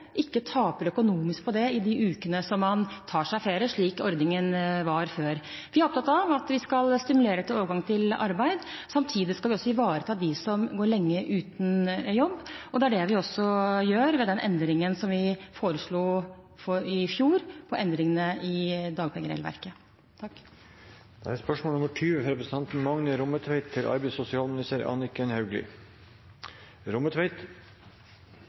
ikke taper økonomisk på det i de ukene som man tar seg ferie, slik ordningen var før. Vi er opptatt av at vi skal stimulere til overgang til arbeid. Samtidig skal vi også ivareta dem som går lenge uten jobb, og det er det vi også gjør ved den endringen som vi foreslo i fjor i dagpengeregelverket. «I Sunnhordland har arbeidsløysa stige med 82 pst. frå mars 2015 til